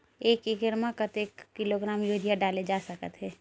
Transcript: एक एकड़ म कतेक किलोग्राम यूरिया डाले जा सकत हे?